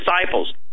disciples